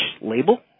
label